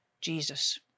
Jesus